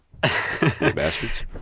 Bastards